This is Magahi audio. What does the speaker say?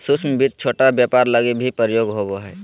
सूक्ष्म वित्त छोट व्यापार लगी भी प्रयोग होवो हय